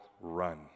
run